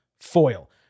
foil